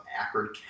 acrid